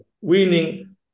winning